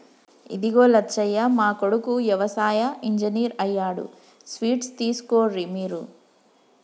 ఇదిగో లచ్చయ్య మా కొడుకు యవసాయ ఇంజనీర్ అయ్యాడు స్వీట్స్ తీసుకోర్రి మీరు